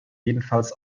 jedenfalls